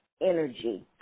energy